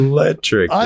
Electric